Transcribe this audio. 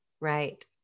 right